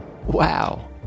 Wow